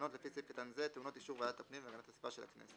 תקנות לפי סעיף קטן זה טעונות אישור ועדת הפנים והגנת הסביבה של הכנסת."